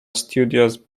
studios